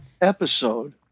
episode